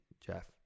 Jeff